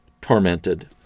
tormented